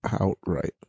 outright